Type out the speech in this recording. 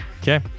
Okay